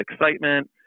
excitement